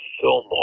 Fillmore